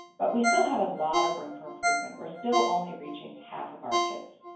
but we still have a lot of room for improvement, we're still only reaching half of our kids.